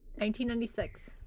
1996